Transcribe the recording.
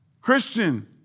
Christian